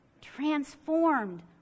Transformed